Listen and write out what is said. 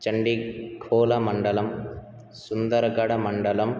चण्डिखोलमण्डलं सुन्दरगडमण्डलं